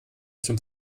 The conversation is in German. zum